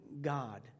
God